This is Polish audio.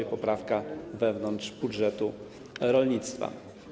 To poprawka wewnątrz budżetu rolnictwa.